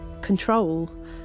control